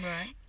Right